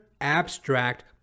abstract